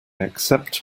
accept